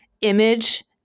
image